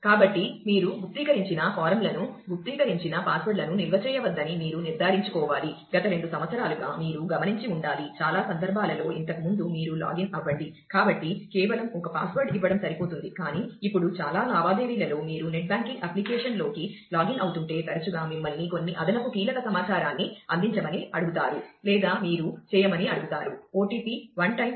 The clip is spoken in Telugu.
కాబట్టి మీరు గుప్తీకరించిన ఫారమ్లను ద్వారా ప్రామాణీకరణ మరియు మొదలైనవి